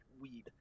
weed